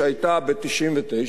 שהיתה ב-1999,